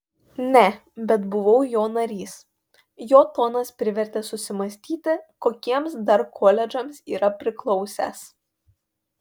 ne bet buvau jo narys jo tonas privertė susimąstyti kokiems dar koledžams yra priklausęs